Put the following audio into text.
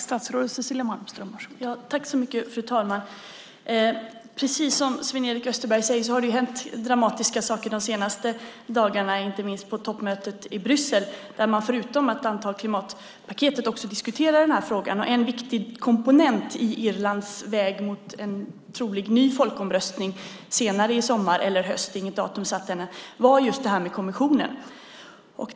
Fru talman! Som Sven-Erik Österberg säger har det hänt dramatiska saker de senaste dagarna, inte minst på toppmötet i Bryssel, där man förutom att anta klimatpaketet också diskuterade den här frågan. En viktig komponent i Irlands väg mot en trolig ny folkomröstning senare i sommar eller i höst - det är inget datum satt ännu - var just detta med kommissionen.